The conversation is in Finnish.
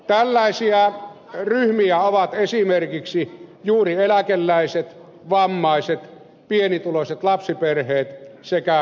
tällaisia ryhmiä ovat esimerkiksi juuri eläkeläiset vammaiset pienituloiset lapsiperheet sekä opiskelijat